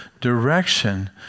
direction